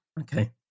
Okay